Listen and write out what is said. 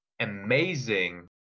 amazing